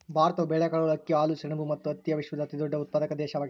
ಭಾರತವು ಬೇಳೆಕಾಳುಗಳು, ಅಕ್ಕಿ, ಹಾಲು, ಸೆಣಬು ಮತ್ತು ಹತ್ತಿಯ ವಿಶ್ವದ ಅತಿದೊಡ್ಡ ಉತ್ಪಾದಕ ದೇಶವಾಗಿದೆ